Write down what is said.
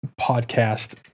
podcast